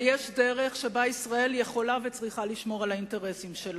ויש דרך שבה ישראל יכולה וצריכה לשמור על האינטרסים שלה.